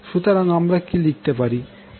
সুতরাং আমরা কি লিখতে পারি